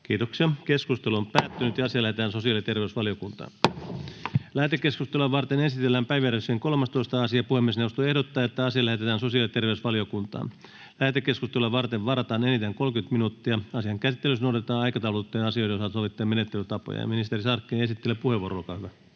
rahoituksesta annetun lain muuttamisesta Time: N/A Content: Lähetekeskustelua varten esitellään päiväjärjestyksen 13. asia. Puhemiesneuvosto ehdottaa, että asia lähetetään sosiaali- ja terveysvaliokuntaan. Lähetekeskustelua varten varataan enintään 30 minuuttia. Asian käsittelyssä noudatetaan aikataulutettujen asioiden osalta sovittuja menettelytapoja. — Ministeri Sarkkinen, esittelypuheenvuoro, olkaa hyvä.